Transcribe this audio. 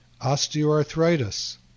osteoarthritis